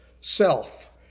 self